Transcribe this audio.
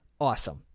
awesome